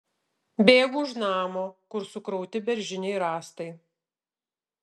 bėgu už namo kur sukrauti beržiniai rąstai